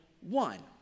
one